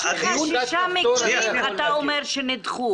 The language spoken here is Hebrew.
יש לך שישה מקרים, אתה אומר שנדחו.